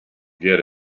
get